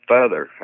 Father